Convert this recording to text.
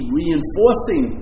reinforcing